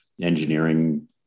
engineering